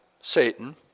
Satan